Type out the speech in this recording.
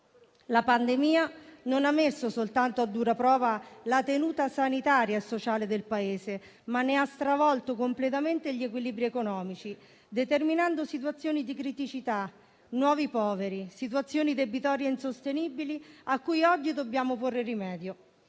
La pandemia non ha messo soltanto a dura prova la tenuta sanitaria e sociale del Paese, ma ne ha stravolto completamente gli equilibri economici, determinando situazioni di criticità, nuovi poveri, situazioni debitorie insostenibili a cui oggi dobbiamo porre rimedio.